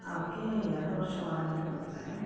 ಅದಕ್ಕೆ ಎರಡು ವರ್ಷ ವಾರಂಟಿ ಕೊಟ್ಟಿದ್ದಾರೆ